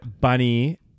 bunny